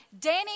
Danny